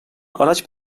araç